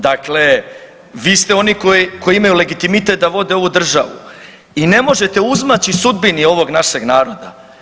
Dakle, vi ste oni koji, koji imaju legitimitet da vode ovu državu i ne možete uzmaći sudbini ovog našeg naroda.